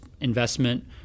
investment